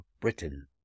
Britain